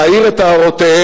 להעיר את הערותיהם.